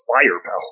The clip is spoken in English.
firepower